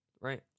right